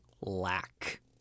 lack